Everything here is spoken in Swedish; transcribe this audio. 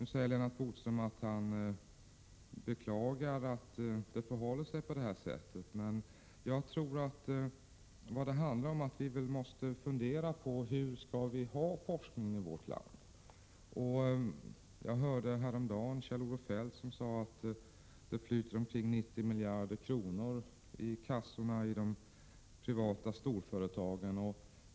Nu säger Lennart Bodström att han beklagar att det förhåller sig på detta sätt. Men vad det nu handlar om är att vi måste fundera på hur forskningen i vårt land skall se ut. Jag hörde häromdagen Kjell-Olof Feldt säga att det flyter omkring 90 miljarder kronor i de privata storföretagens kassor.